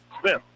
Smith